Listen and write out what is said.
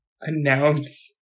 announce